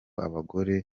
abagore